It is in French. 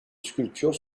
sculptures